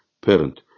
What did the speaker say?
parent